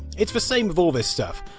it's the same with all this stuff.